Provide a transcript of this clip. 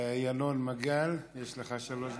ינון מגל, יש לך שלוש דקות.